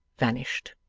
vanished.